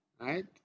right